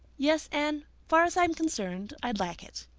yes, anne, far as i'm concerned i'd like it.